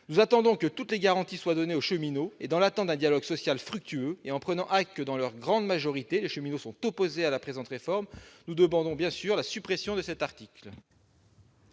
Nous entendons que toutes les garanties soient données aux cheminots. Dans l'attente d'un dialogue social fructueux, et prenant acte que, dans leur très grande majorité, les cheminots sont opposés à la présente réforme, nous demandons la suppression de cet article.